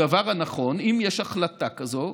הדבר הנכון, אם יש החלטה כזאת,